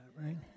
right